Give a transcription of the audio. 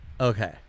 Okay